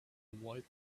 avoid